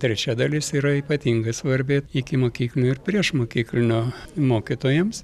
trečia dalis yra ypatingai svarbi ikimokyklinio ir priešmokyklinio mokytojams